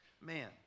man